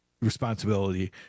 responsibility